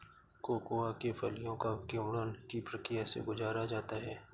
cocoa के फलियों को किण्वन की प्रक्रिया से गुजारा जाता है